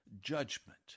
judgment